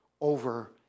over